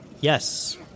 Yes